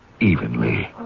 evenly